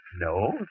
No